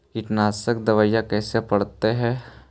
कीटनाशक दबाइ कैसे पड़तै है?